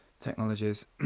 technologies